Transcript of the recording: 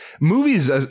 movies